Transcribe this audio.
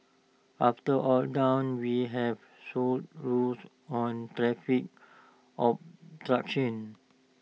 after all done we have solid rules on traffic obstruction